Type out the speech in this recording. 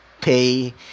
pay